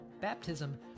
Baptism